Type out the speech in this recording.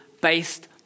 based